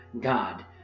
God